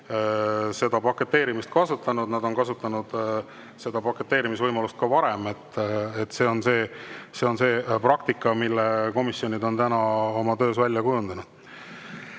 seda paketeerimist kasutanud. Nad on kasutanud seda paketeerimisvõimalust ka varem. See on praktika, mille komisjonid on oma töös välja kujundanud.